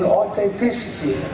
authenticity